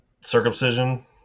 circumcision